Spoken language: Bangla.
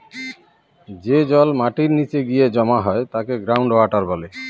যে জল মাটির নীচে গিয়ে জমা হয় তাকে গ্রাউন্ড ওয়াটার বলে